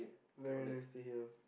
very nice stay here